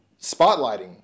spotlighting